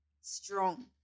strong